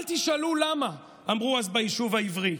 אל תשאלו למה, אמרו אז ביישוב העברי.